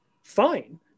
fine